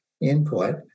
input